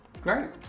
Great